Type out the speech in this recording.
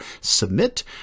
submit